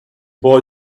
boy